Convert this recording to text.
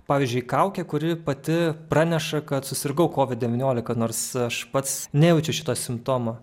pavyzdžiui kaukė kuri pati praneša kad susirgau kovid devyniolika nors aš pats nejaučiu šito simptomo